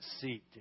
seat